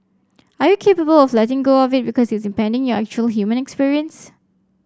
are you capable of letting go of it because it's impeding your actual human experience